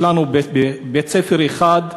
בבית-ספר יסודי אחד,